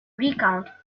recount